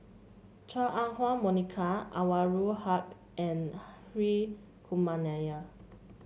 Chua Ah Huwa Monica Anwarul Haque and Hri Kumar Nair